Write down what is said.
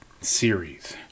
series